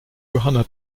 johanna